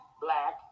black